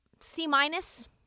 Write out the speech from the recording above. C-minus